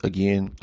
Again